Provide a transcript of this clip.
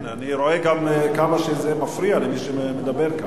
כן, אני רואה גם כמה שזה מפריע למי שמדבר כאן.